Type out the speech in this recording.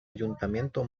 ayuntamiento